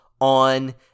on